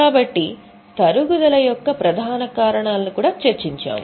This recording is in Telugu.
కాబట్టి తరుగుదల యొక్క ప్రధాన కారణాలను మనము చర్చించాము